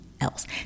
else